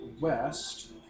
west